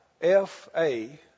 F-A